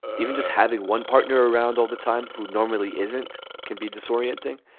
even just having one partner around all the time who normally isn't can be disorienting.